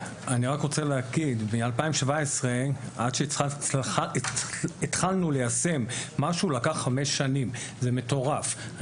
מ-2017 עד שהתחלנו ליישם, לקח חמש שנים, זה מטורף.